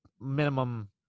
minimum –